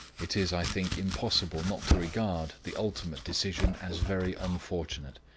it is i think impossible not to regard the ultimate decision as very unfortunate,